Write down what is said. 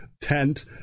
tent